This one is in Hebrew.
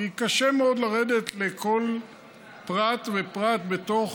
כי קשה מאוד לרדת לכול פרט ופרט בתוך,